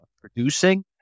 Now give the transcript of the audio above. producing